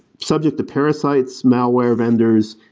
subject to parasites, malware vendors,